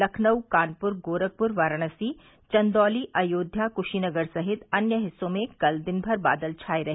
लखनऊ कानपुर गोरखपुर वाराणसी चन्दौली अयोध्या कूशीनगर समेत अन्य हिस्सों में कल दिन भर बादल छाए रहे